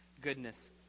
goodness